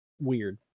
weird